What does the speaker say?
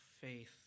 faith